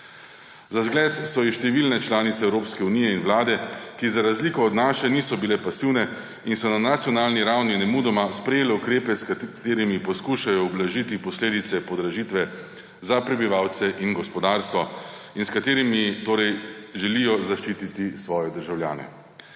Za zgled so ji številne članice Evropske unije in vlade, ki za razliko od naše niso bile pasivne in so na nacionalni ravni nemudoma sprejele ukrepe, s katerimi poskušajo ublažiti posledice podražitve za prebivalce in gospodarstvo in s katerimi torej želijo zaščititi svoje državljane.